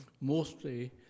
mostly